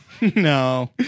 No